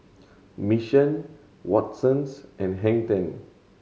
Mission Watsons and Hang Ten